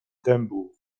dębu